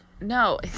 No